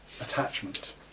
attachment